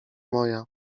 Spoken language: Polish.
moja